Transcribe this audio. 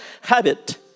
habit